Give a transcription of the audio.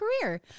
career